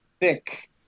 thick